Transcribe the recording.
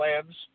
plans